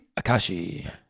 Akashi